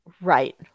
Right